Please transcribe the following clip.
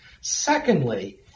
Secondly